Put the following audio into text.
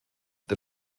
der